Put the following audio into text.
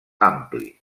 ampli